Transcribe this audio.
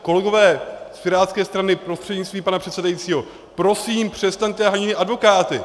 Kolegové z pirátské strany prostřednictvím pana předsedajícího, prosím, přestaňte hanit advokáty!